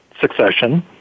succession